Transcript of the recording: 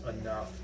enough